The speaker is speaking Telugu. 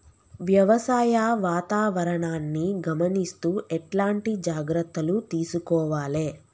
వ్యవసాయ వాతావరణాన్ని గమనిస్తూ ఎట్లాంటి జాగ్రత్తలు తీసుకోవాలే?